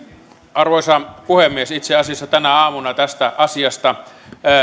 arvoisa puhemies itse asiassa tänä aamuna tästä asiasta